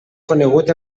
conegut